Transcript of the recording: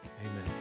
Amen